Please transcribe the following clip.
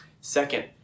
Second